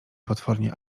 potwornie